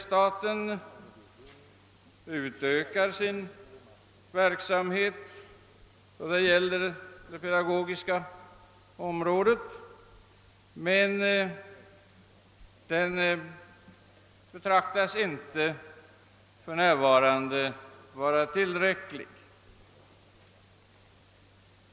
Staten utökar sin aktivitet på det pedagogiska området, men den anses för närvarande inte vara tillräcklig.